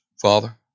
Father